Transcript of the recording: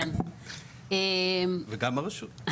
וגם הרשות.